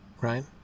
Right